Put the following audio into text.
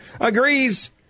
agrees